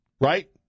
Right